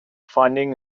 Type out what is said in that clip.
finding